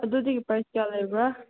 ꯑꯗꯨꯗꯤ ꯄ꯭ꯔꯥꯏꯁ ꯀꯌꯥ ꯂꯩꯕ꯭ꯔꯥ